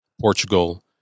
Portugal